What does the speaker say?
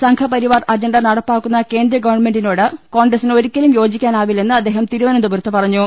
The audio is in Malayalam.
സംഘപരിപാർ അജണ്ടനടപ്പാക്കുന്ന കേന്ദ്ര ഗവൺമെന്റിനോട് കോൺഗ്രസിന് ഒരിക്കലും യോജിക്കാനാവിന്റെ ല്ലന്ന് അദ്ദേഹം തിരു വ ന ന്ത പു രത്ത് പറഞ്ഞു